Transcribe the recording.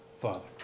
Father